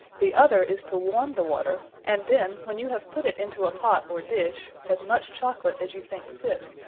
the other is to warme the water and then, when you have put it into a pot, or dish, as much chocolate as you thinke fit,